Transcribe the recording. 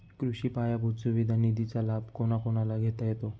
कृषी पायाभूत सुविधा निधीचा लाभ कोणाकोणाला घेता येतो?